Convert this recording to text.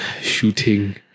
shooting